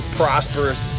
prosperous